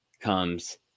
comes